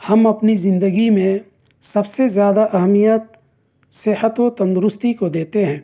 ہم اپنی زندگی میں سب سے زیادہ اہمیت صحت و تندرستی کو دیتے ہیں